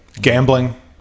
Gambling